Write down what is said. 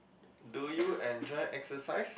do you enjoy exercise